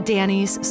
Danny's